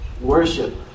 Worship